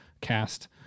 cast